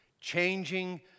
changing